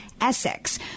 Essex